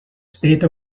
state